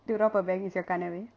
to rob a bank is your கனவு:kanavu